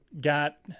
got